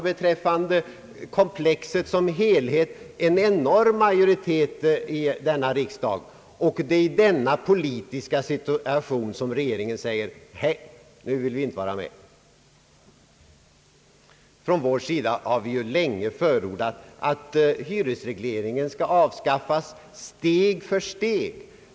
Beträffande komplexet som helhet finns alltså en enorm majoritet i denna riksdag, och det är i denna politiska situation som regeringen säger: Nej, nu vill vi inte längre vara med! Från vår sida har vi länge förordat, att hyresregleringen skulle avskaffas steg för steg.